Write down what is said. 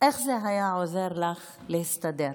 איך זה היה עוזר לך להסתדר?